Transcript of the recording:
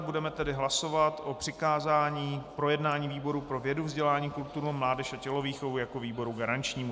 Budeme tedy hlasovat o přikázání k projednání výboru pro vědu, vzdělání, kulturu, mládež a tělovýchovu jako výboru garančnímu.